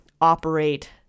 operate